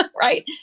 right